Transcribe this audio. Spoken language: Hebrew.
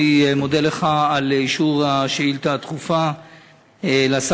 אני מודה לך על אישור השאילתה הדחופה לשר